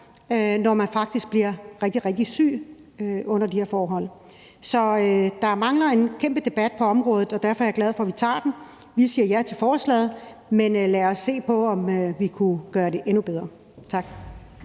når man faktisk bliver rigtig, rigtig syg under de her forhold. Så der mangler en kæmpe debat på området, og derfor er jeg glad for, at vi tager den. Vi siger ja til forslaget, men lad os se på, om vi kunne gøre det endnu bedre. Tak.